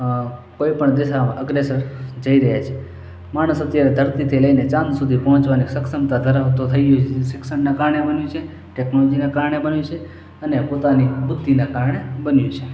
અં કોઇપણ દિશામાં અગ્રેસર જઈ રહ્યા છે માણસ અત્યારે ધરતીથી લઇને ચાંદ સુધી પહોંચવાની સક્ષમતા ધરાવતો થઇ ગયો છે જે શિક્ષણનાં કારણે બન્યું છે ટેકનોલોજીનાં કારણે બન્યું છે અને પોતાની બુદ્ધિનાં કારણે બન્યું છે